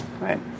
right